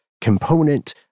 component